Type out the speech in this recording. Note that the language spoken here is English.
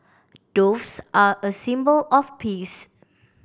doves are a symbol of peace